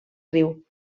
riu